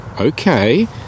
okay